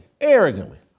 arrogantly